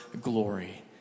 glory